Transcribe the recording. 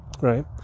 Right